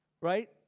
Right